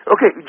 Okay